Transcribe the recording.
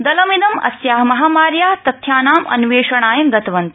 दलमिदं अस्या महामार्या तथ्यानाम् अन्वेषणाय गतवत्